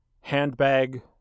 handbag